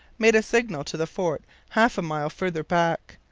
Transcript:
made a signal to the fort half a mile farther back.